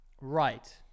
Right